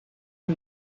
who